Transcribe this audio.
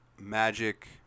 magic